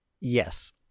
yes